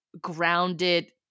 grounded